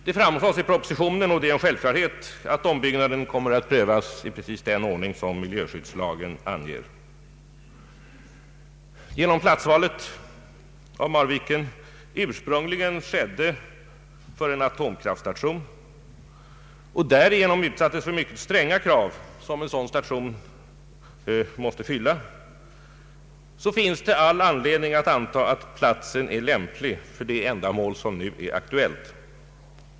Det framgår av propositionen och det är en självklarhet att ombyggnaden kommer att prövas i precis den ordning som miljöskyddslagen anger. Genom att platsvalet av Marvi ken ursprungligen skedde för en atomkraftstation och därigenom utsattes för de mycket stränga krav som en sådan station måste fylla finns all anledning anta att platsen är lämplig för det ändamål som nu är aktuellt.